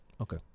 Okay